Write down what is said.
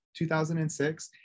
2006